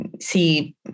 see